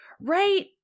right